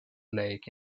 lake